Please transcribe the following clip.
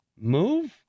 move